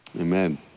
Amen